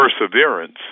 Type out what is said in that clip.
perseverance